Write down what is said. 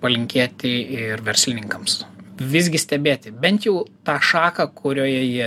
palinkėti ir verslininkams visgi stebėti bent jų tą šaką kurioje jie